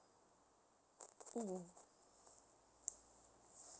mmhmm